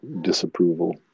disapproval